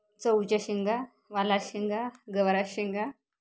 चवळीच्या शेंगा वाल शेंगा गवार शेंगा